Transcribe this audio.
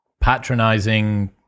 patronizing